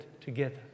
together